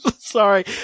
Sorry